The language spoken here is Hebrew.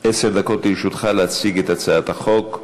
עשר דקות לרשותך להציג את הצעת החוק.